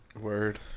word